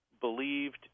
believed